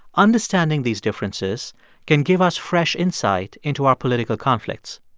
understanding these differences can give us fresh insight into our political conflicts.